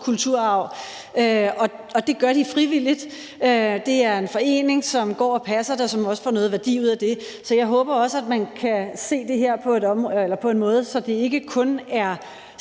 kulturarv, og at det gør de frivilligt. Det er en forening, som går og passer det, og som også får noget værdi ud af det. Så jeg håber også, at man kan se det her på en måde, så det ikke kun er